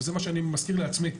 וזה מה שאני מזכיר לעצמי.